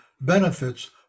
benefits